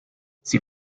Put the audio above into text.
sie